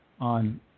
on